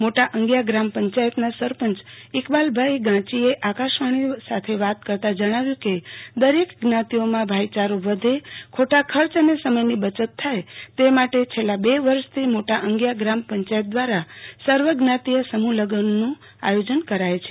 મોટા અંગીયા ગ્રામ પંચાયતના સરપંચ ઈકબાલભાઈ ઘાંચીએ આકાશવાણી સાથે વાત કરતા જણાવ્યું દરેક જ્ઞાતિઓમાં ભાઈચારો વધે ખોટા ખર્ચ અને સમયની બચત થાય તે માટે છેલ્લા બે વર્ષથી મોટા અંગીયા ગ્રામ પંચાયત દ્વારા સર્વજ્ઞાતિય સમુફલઝનું આયોજન કરાયું છે